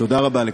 תודה רבה לכולם.